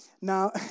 Now